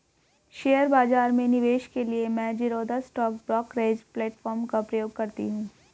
share बाजार में निवेश के लिए मैं ज़ीरोधा स्टॉक ब्रोकरेज प्लेटफार्म का प्रयोग करती हूँ